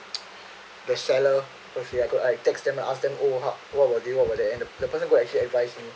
the seller per se I could I text them and ask them oh how what about this what about that at the end the person could actually advise me